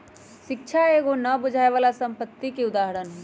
शिक्षा एगो न बुझाय बला संपत्ति के उदाहरण हई